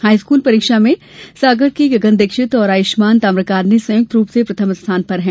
high school परीक्षा में सागर के गगन दीक्षित और आयुष्मान ताम्रकार ने संयुक्त रूप से प्रथम स्थान पर हैं